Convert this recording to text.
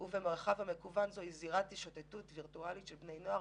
המרחב המקוון זו זירת השוטטות הווירטואלית של בני הנוער,